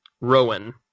Rowan